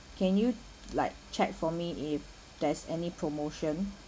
can you like check for me if there's any promotion